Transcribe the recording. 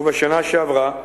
ובשנה שעברה,